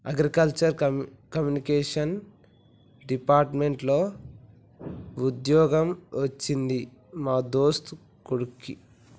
agriculture communication department లో వుద్యోగం వచ్చింది మా దోస్తు కొడిక్కి